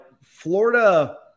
Florida